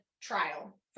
trial